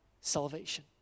salvation